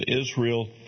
Israel